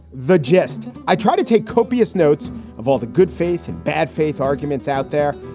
the gist? i try to take copious notes of all the good faith and bad faith arguments out there.